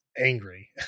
angry